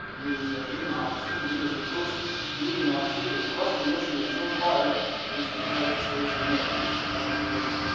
he was a junior officer. and he was the first union officer to request permission to return fire against the confederate states of america, and was granted permission.